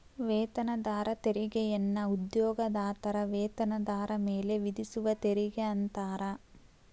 ವೇತನದಾರ ತೆರಿಗೆಯನ್ನ ಉದ್ಯೋಗದಾತರ ವೇತನದಾರ ಮೇಲೆ ವಿಧಿಸುವ ತೆರಿಗೆ ಅಂತಾರ